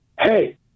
hey